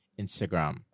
Instagram